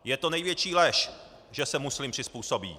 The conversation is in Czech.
Je to největší lež, že se muslim přizpůsobí.